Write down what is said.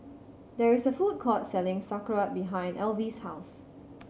there is a food court selling Sauerkraut behind Alvie's house